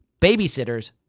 babysitters